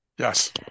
Yes